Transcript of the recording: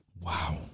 wow